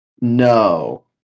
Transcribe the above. No